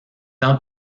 ans